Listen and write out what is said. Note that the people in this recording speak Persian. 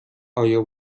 آیا